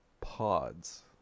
Pods